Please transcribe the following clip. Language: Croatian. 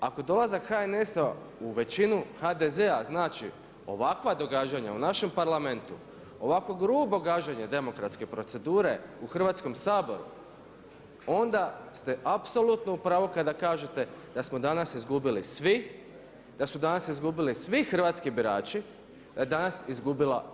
Ako je dolazak HNS-a u većinu HDZ-a znači ovakva događanja u našem Parlamentu, ovako grubo gaženje demokratske procedure u Hrvatskom saboru onda ste apsolutno u pravo kada kažete da smo danas izgubili svi, da su danas izgubili svi hrvatski birači, da je danas izgubila Hrvatska.